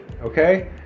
Okay